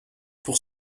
pour